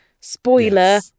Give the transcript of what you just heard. spoiler